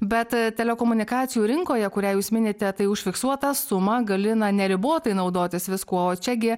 bet telekomunikacijų rinkoje kurią jūs minite tai už fiksuotą sumą gali na neribotai naudotis viskuo o čiagi